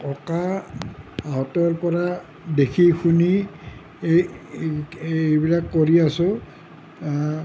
ককাহঁতৰ পৰা দেখি শুনি এইবিলাক কৰি আছোঁ